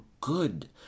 good